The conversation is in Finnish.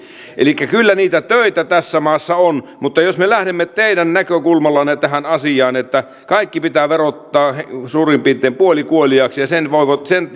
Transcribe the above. elikkä kyllä niitä töitä tässä maassa on mutta jos me lähdemme teidän näkökulmallanne tähän asiaan että kaikki pitää verottaa suurin piirtein puolikuoliaaksi ja sen